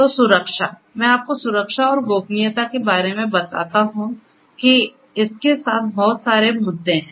तो सुरक्षा मैं आपको सुरक्षा और गोपनीयता के बारे में बताता है कि इसके साथ बहुत सारे मुद्दे हैं